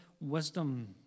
wisdom